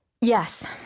Yes